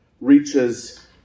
reaches